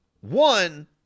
One